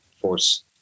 force